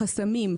חסמים,